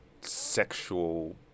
sexual